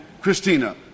Christina